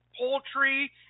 poultry